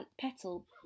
petal